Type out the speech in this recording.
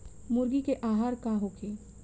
मुर्गी के आहार का होखे?